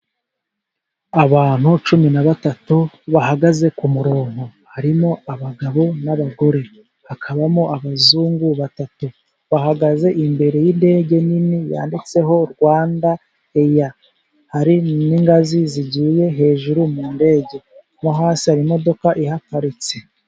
Abantu cumi na batatu bahagaze ku murongo harimo abagabo n'abagore, hakabamo abazungu batatu bahagaze imbere y'indege nini yanditseho Rwanda air. Hari n'ingazi zigiye hejuru mu ndege, no hasi hari imodoka ihaparitse.